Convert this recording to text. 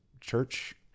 church